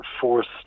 forced